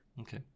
Okay